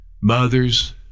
Mothers